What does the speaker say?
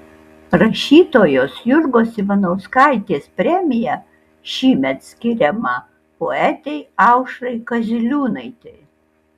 rašytojos jurgos ivanauskaitės premija šįmet skiriama poetei aušrai kaziliūnaitei